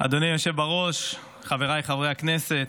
אדוני היושב-ראש, חבריי חברי הכנסת,